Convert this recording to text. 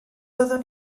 byddwn